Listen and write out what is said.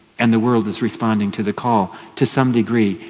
and the world is responding to the call, to some degree,